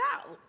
out